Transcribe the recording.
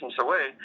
away